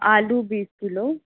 आलू बीस किलो